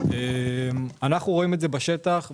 אנחנו רואים בשטח.